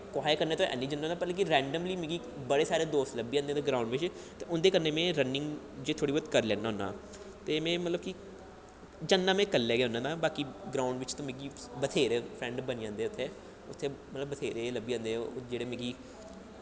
कुसै कन्नै ते ऐनी जन्ना होन्ना पर रैंडमली बड़े सारे दोस्त लब्भी जंदे ग्राउंड़ बिच्च ते उं'दे कन्नै में रनिंग जेह्की थोह्ड़ी बौह्त करी लैन्ना होन्ना ते में मतलब कि जन्ना में कल्ले गै होन्ना बाकी में ग्राउंड़ बिच्च ते बत्हेरे फ्रैंड बनी जंदे उत्थै मतलब बत्थेरे लब्भी जंदे जेह्ड़े मिगी